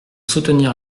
soutenir